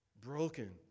broken